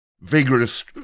Vigorous